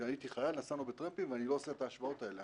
כשהייתי חייל נסענו בטרמפים ואני לא עושה את ההשוואות האלה.